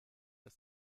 ist